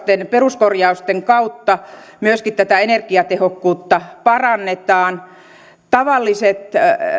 peruskorjausten kautta myöskin tätä energiatehokkuutta parannetaan tavalliset